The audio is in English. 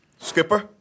Skipper